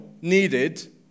needed